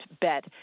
bet